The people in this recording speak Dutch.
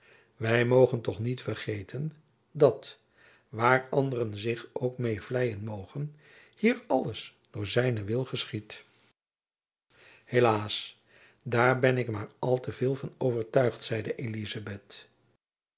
wy mogen toch niet vergeten dat waar anderen zich ook meê vleien mogen hier alles door zijnen wil geschiedt helaas daar ben ik maar al te veel van overtuigd zeide elizabeth